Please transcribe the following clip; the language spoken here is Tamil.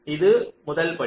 இது முதல் படி